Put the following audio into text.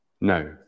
No